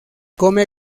come